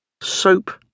Soap